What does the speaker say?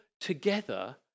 together